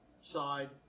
side